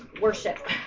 worship